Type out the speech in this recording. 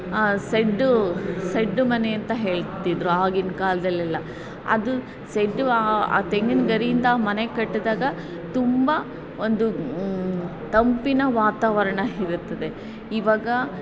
ಸೆಡ್ಡು shed ಮನೆಯಂಥ ಹೇಳ್ತಿದ್ದರು ಆಗಿನ ಕಾಲದಲ್ಲೆಲ್ಲಾ ಅದು ಸೆಡ್ ಆ ಆ ತೆಂಗಿನ ಗರಿಯಿಂದ ಮನೆ ಕಟ್ಟಿದಾಗ ತುಂಬ ಒಂದು ತಂಪಿನ ವಾತಾವರಣ ಇರುತ್ತದೆ ಇವಾಗ